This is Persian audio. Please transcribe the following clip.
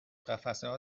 قفسهها